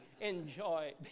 enjoy